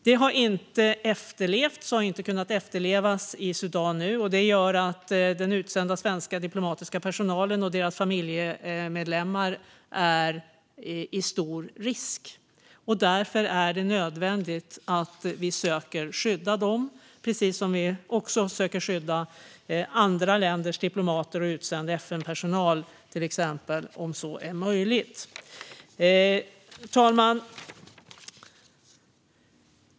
Det har inte efterlevts och har inte kunnat efterlevas i Sudan nu, och det gör att den utsända svenska diplomatiska personalen och deras familjemedlemmar löper stor risk. Därför är det nödvändigt att vi söker skydda dem, precis som vi också söker skydda andra länders diplomater och utsänd FN-personal, till exempel, om så är möjligt. Herr talman!